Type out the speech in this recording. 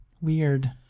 Weird